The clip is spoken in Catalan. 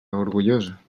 orgullosa